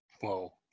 Whoa